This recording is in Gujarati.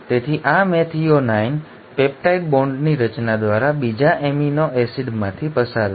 તેથી આ મેથિઓનાઇન પેપ્ટાઇડ બોન્ડની રચના દ્વારા બીજા એમિનો એસિડમાં પસાર થશે